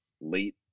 late